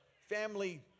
family